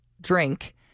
drink